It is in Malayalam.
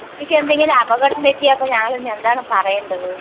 കുട്ടിക്ക് എന്തെങ്കിലും അപകടം പറ്റിയാൽ ഇപ്പം ഞങ്ങൾ ഇനി എന്താണ് പറയേണ്ടത്